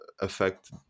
affect